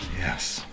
yes